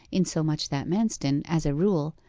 insomuch that manston, as a rule,